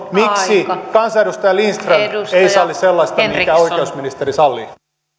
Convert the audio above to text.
miksi kansanedustaja lindström ei salli sellaista minkä oikeusministeri sallii